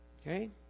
Okay